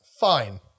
Fine